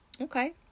Okay